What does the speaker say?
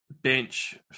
bench